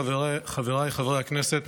חבריי חברי הכנסת,